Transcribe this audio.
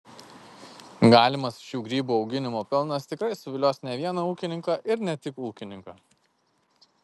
galimas šių grybų auginimo pelnas tikrai suvilios ne vieną ūkininką ir ne tik ūkininką